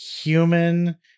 Human